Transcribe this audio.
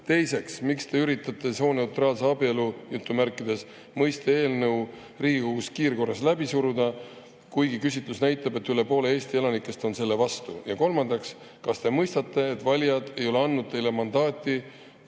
Teiseks, miks te üritate "sooneutraalse abielu" eelnõu Riigikogus kiirkorras läbi suruda, kuigi küsitlus näitab, et üle poole Eesti elanikest on selle vastu? Ja kolmandaks, kas te mõistate, et valijad ei ole andnud teile mandaati